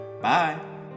Bye